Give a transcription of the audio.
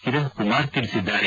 ಕಿರಣ್ಕುಮಾರ್ ತಿಳಿಸಿದ್ದಾರೆ